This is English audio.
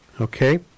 okay